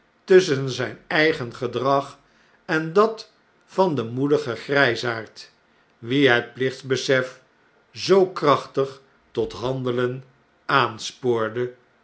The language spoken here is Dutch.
tusschen zjjn eigen gedrag en dat van den moedigen grjjsaard wien het plichtbesef zoo krachtig tot handelen aanspoorde